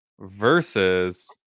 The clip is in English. versus